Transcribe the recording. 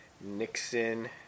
Nixon